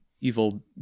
evil